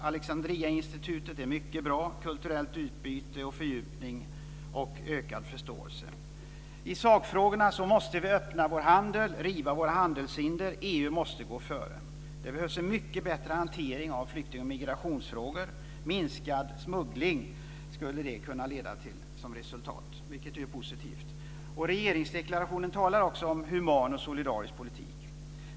Alexandria-institutet är mycket bra - kulturellt utbyte, fördjupning och ökad förståelse. När det gäller sakfrågorna måste vi öppna vår handel och riva våra handelshinder. Och EU måste gå före. Det behövs en mycket bättre hantering av flykting och migrationsfrågor. Det skulle kunna resultera i en minskad smuggling, vilket ju är positivt. I regeringens utrikespolitiska deklaration talas det också om en human och solidarisk politik.